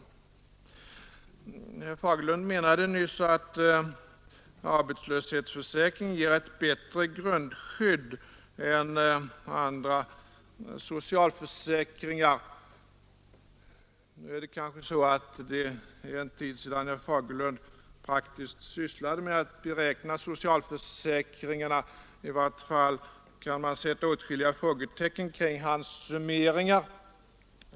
Herr Fagerlund menade nyss att arbetslöshetsförsäkringen ger ett bättre grundskydd än andra socialförsäkringar. Nu är det kanske så, att det är en tid sedan herr Fagerlund praktiskt sysslade med att beräkna socialförsäkringar; i vart fall kan man sätta åtskilliga frågetecken kring hans summeringar.